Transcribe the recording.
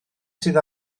sydd